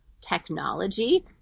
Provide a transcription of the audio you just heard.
technology